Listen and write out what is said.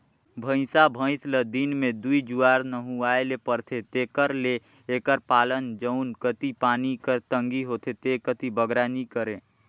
भंइसा भंइस ल दिन में दूई जुवार नहुवाए ले परथे तेकर ले एकर पालन जउन कती पानी कर तंगी होथे ते कती बगरा नी करें